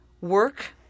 work